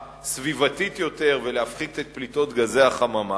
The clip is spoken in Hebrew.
סביבתית יותר ולהפחית את פליטות גזי החממה,